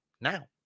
now